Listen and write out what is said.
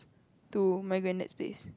to my granddad's place